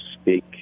speak